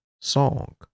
song